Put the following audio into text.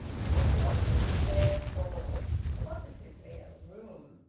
then there was the square hall positively a room!